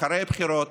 אחרי הבחירות